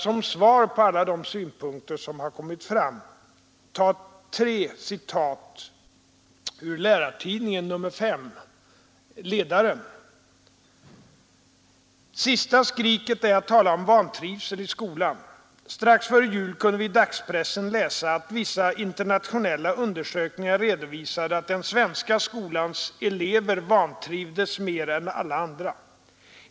Som svar på alla de synpunkter som kommit fram i debatten skall jag göra tre citat ur ledaren i Lärartidningen nr 5: ”Sista skriket är att tala om vantrivsel i skolan. Strax före jul kunde vi i dagspressen läsa att vissa internationella undersökningar redovisade att den svenska skolans elever vantrivdes mer än alla andra.